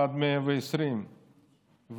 ועד 120,